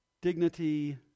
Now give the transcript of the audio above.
dignity